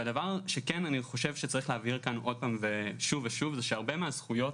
צריך להבהיר כאן שוב ושוב זה שהרבה מהזכויות